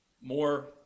more